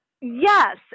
yes